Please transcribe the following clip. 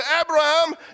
Abraham